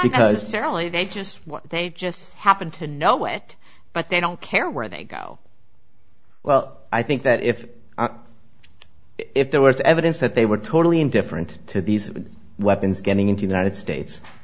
because certainly they just they just happened to know it but they don't care where they go well i think that if if there was evidence that they were totally indifferent to these weapons getting into united states